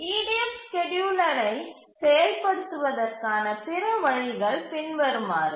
EDF ஸ்கேட்யூலரை செயல்படுத்துவதற்கான பிற வழிகள் பின்வருமாறு